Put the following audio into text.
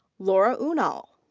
laura unal.